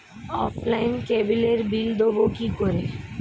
অফলাইনে ক্যাবলের বিল দেবো কি করে?